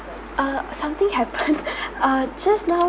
uh something happened uh just now